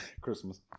Christmas